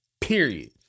Period